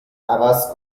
عوض